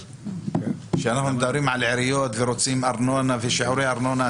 כשאנחנו מדברים על עיריות ורוצים ארנונה ושיעורי ארנונה,